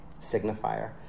signifier